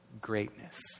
greatness